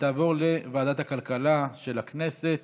ותעבור לוועדת הכלכלה של הכנסת